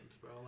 bro